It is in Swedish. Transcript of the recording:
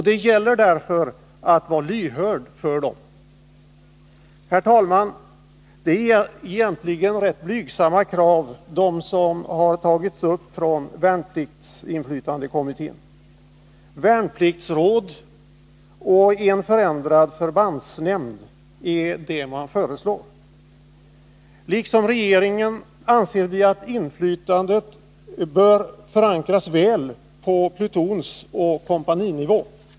Det gäller därför att vara lyhörd för dessa. Herr talman! Det är egentligen rätt blygsamma krav som har framställts av värnpliktsinflytandekommittén. Värnpliktsråd och en förändrad förbandsnämnd är vad man föreslår. Liksom regeringen anser vi att inflytandet bör förankras väl på plutonsoch kompaninivå.